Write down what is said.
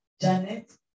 Janet